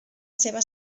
seva